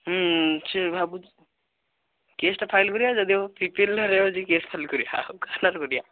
ହୁଁ ସିଏ ଭାବୁଛି କେସ୍ଟା ଫାଇଲ କରିବା ଯଦି ହେବ ପିପିଲିରେ କେସ୍ଟା ଫାଇଲ କରିବା ଆଉ କାହା ନାଁରେ କରିବା